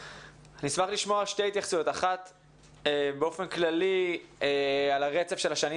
אשמח לשמוע שתי התייחסויות: 1. באופן כללי על הרצף של השנים